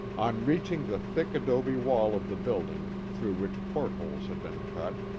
on reaching the thick adobe wall of the building, through which portholes had been cut,